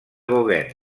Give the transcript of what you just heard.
gauguin